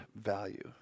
value